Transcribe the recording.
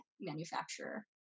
manufacturer